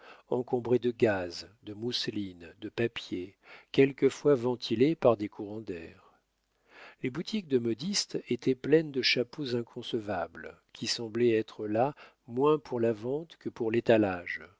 encombrées de gaze de mousseline de papiers quelquefois ventilées par des courants d'airs les boutiques de modistes étaient pleines de chapeaux inconcevables qui semblaient être là moins pour la vente que pour l'étalage